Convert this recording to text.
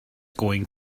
going